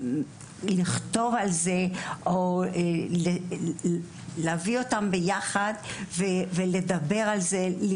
זה לכתוב על זה או להביא אותם ביחד ולדבר על זה כדי